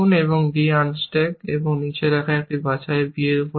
d unstack নিচে রাখা একটি বাছাই b এর উপর রাখুন